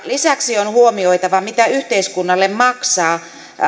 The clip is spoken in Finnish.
lisäksi on huomioitava mitä yhteiskunnalle maksavat